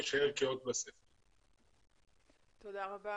תודה רבה.